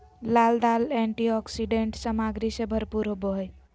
लाल दाल एंटीऑक्सीडेंट सामग्री से भरपूर होबो हइ